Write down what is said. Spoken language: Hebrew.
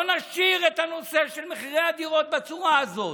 לא נשאיר את הנושא של מחירי הדירות בצורה הזאת.